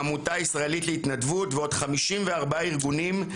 העמותה הישראלית להתנדבות ועוד 54 ארגונים.